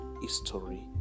history